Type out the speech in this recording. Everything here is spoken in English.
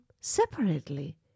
separately